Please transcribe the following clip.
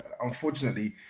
unfortunately